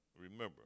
remember